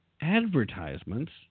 advertisements